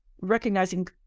recognizing